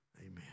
Amen